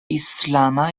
islama